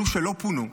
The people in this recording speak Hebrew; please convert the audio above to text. אלה שלא פונו.